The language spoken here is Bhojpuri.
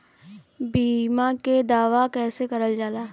बीमा के दावा कैसे करल जाला?